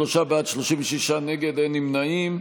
53 בעד, 36 נגד, אין נמנעים.